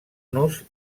nos